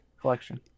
collection